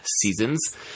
seasons